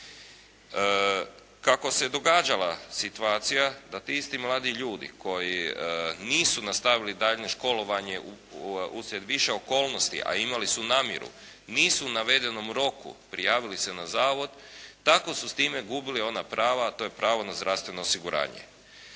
Kako se događala situacija da ti isti mladi ljudi koji nisu nastavili daljnje školovanje uslijed više okolnosti, a imali su namjeru nisu u navedenom roku prijavili se na zavod. Tako su s time gubili ona prava, a to je pravo na zdravstveno osiguranje.